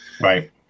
right